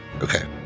Okay